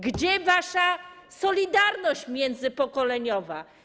Gdzie wasza solidarność międzypokoleniowa?